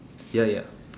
ya ya